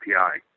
API